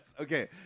Okay